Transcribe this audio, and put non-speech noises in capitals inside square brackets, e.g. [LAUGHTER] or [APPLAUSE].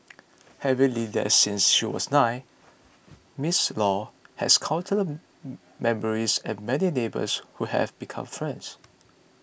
having lived there since she was nine Ms Law has count name [HESITATION] memories and many neighbours who have become friends